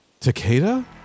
Takeda